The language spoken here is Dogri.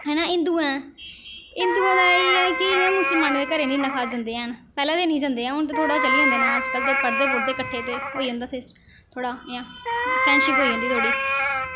है न हिंदु न हिंदुऐं दा एह् ऐ कि एह् मुसलमानें दे घर निं इन्ना खास जंदे हैन पैह्लें ते निं जंदे न हून ते थोह्ड़ा चली जंदे न अज्जकल ते पढ़दे पुढ़दे किट्ठे ते होई जंदा सि थोह्ड़ा इ'यां फ्रैंडशिप होई जंदी थोह्ड़ी